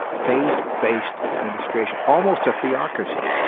faith based administration, almost a theocracy.